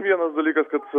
vienas dalykas kad